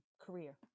career